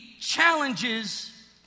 challenges